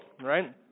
right